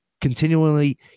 Continually